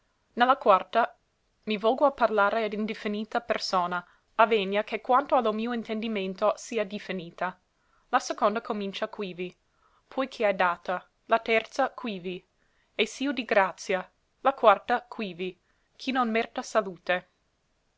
la quarta mi volgo a parlare a indiffinita persona avvegna che quanto a lo mio intendimento sia diffinita la seconda comincia quivi poi che hai data la terza quivi e s'io di grazia la quarta quivi chi non merta salute